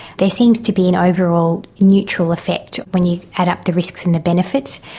there seems to be an overall neutral effect when you add up the risks and the benefits.